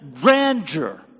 grandeur